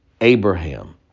Abraham